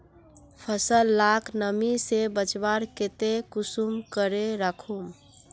फसल लाक नमी से बचवार केते कुंसम करे राखुम?